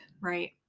Right